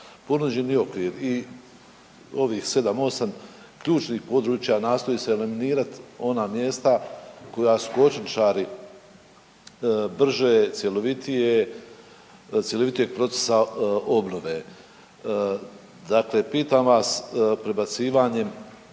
Ponuđeni okvir i ovih 7, 8 ključnih područja nastoji se eliminirati ona mjesta koja su kočničari brže, cjelovitije, cjelovitijeg procesa obnove. Dakle, pitam vas, prebacivanjem